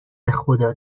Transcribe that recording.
بخدا